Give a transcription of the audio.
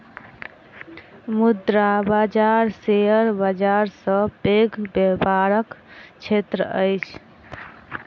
मुद्रा बाजार शेयर बाजार सॅ पैघ व्यापारक क्षेत्र अछि